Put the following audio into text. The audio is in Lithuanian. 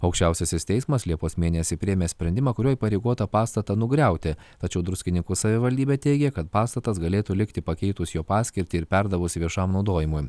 aukščiausiasis teismas liepos mėnesį priėmė sprendimą kuriuo įpareigota pastatą nugriauti tačiau druskininkų savivaldybė teigia kad pastatas galėtų likti pakeitus jo paskirtį ir perdavus viešam naudojimui